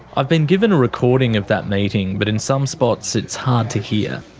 i've been given a recording of that meeting but in some spots it's hard to hear,